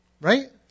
right